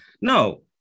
no